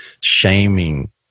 shaming